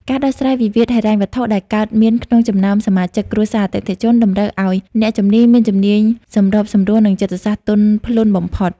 ការដោះស្រាយវិវាទហិរញ្ញវត្ថុដែលកើតមានក្នុងចំណោមសមាជិកគ្រួសារអតិថិជន តម្រូវឱ្យអ្នកជំនាញមានជំនាញសម្របសម្រួល និងចិត្តសាស្ត្រទន់ភ្លន់បំផុត។